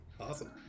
Awesome